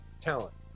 talent